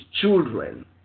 children